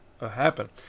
happen